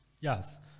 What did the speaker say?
Yes